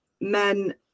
men